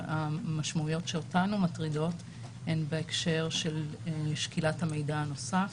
שהמשמעויות שאותנו מטרידות הן בהקשר של שקילת המידע הנוסף,